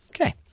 Okay